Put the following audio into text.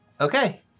Okay